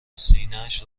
سینهاش